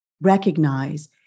recognize